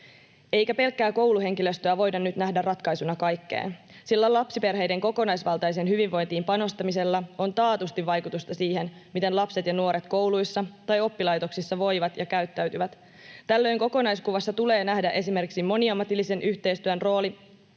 Eikä pelkkää kouluhenkilöstöä voida nyt nähdä ratkaisuna kaikkeen, sillä lapsiperheiden kokonaisvaltaiseen hyvinvointiin panostamisella on taatusti vaikutusta siihen, miten lapset ja nuoret kouluissa tai oppilaitoksissa voivat ja käyttäytyvät. Tällöin kokonaiskuvassa tulee nähdä esimerkiksi moniammatillisen yhteistyön rooli